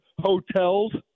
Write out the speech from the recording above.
hotels